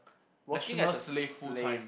working as a slave